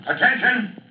Attention